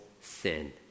sin